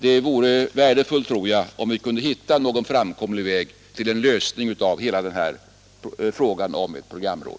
Det vore värdefullt om vi kunde hitta någon framkomlig väg till en lösning av förslaget med ett programråd.